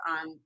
on